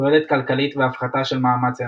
תועלת כלכלית והפחתה של מאמץ אנושי.